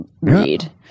read